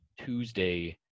Tuesday